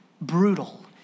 Brutal